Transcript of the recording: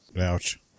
Ouch